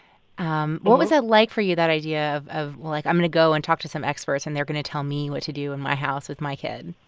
um what was that like for you, that idea of, like, i'm going to go and talk to some experts, and they're going to tell me what to do in my house with my kid?